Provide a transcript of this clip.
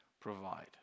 provide